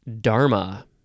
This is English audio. Dharma